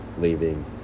leaving